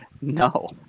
No